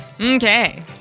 Okay